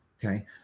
Okay